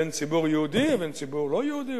בין ציבור יהודי לבין ציבור לא יהודי